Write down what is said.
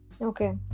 Okay